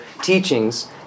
teachings